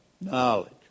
knowledge